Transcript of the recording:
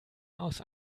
aus